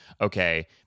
okay